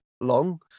long